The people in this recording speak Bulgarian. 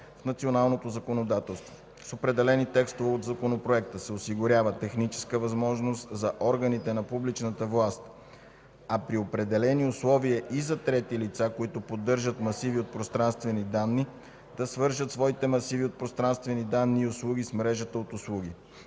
в националното законодателство. С определени текстове от Законопроекта се осигурява техническа възможност за органите на публичната власт, а при определени условия и за трети лица, които поддържат масиви от пространствени данни, да свържат своите масиви от пространствени данни и услуги с мрежата от услуги.